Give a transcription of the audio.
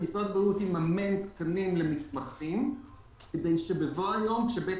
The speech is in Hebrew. שמשרד הבריאות יממן תקנים למתמחים כדי שבבוא היום כשבית